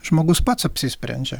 žmogus pats apsisprendžia